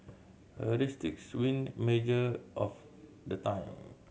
heuristics win major of the time